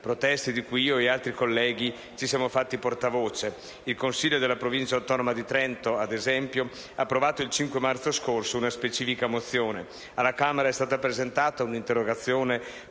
proteste di cui io e altri colleghi ci siamo fatti portavoce. Il consiglio della Provincia autonoma di Trento, ad esempio, ha approvato il 5 marzo scorso una specifica mozione. Alla Camera è stata presentata un'interrogazione